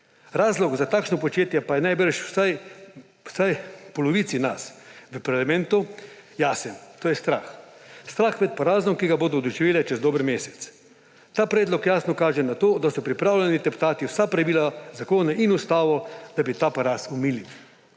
Razlog za takšno početje pa je verjetno vsaj polovici nas v parlamentu jasen – to je strah. Strah pred porazom, ki ga bodo doživele čez dober mesec. Ta predlog jasno kaže na to, da so pripravljeni teptati vsa pravila, zakone in ustavo, da bi ta poraz omilili,